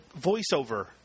voiceover